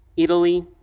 italy,